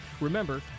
remember